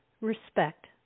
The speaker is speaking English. respect